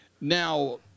Now